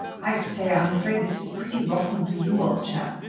i say, i'm afraid this is pretty rotten for you, old chap,